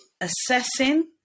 assessing